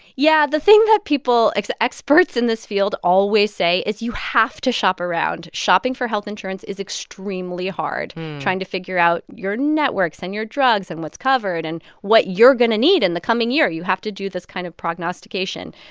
yeah. the thing that people like experts in this field always say is you have to shop around. shopping for health insurance is extremely hard trying to figure out your networks and your drugs and what's covered and what you're going to need in and the coming year. you have to do this kind of prognostication.